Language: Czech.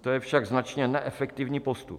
To je však značně neefektivní postup.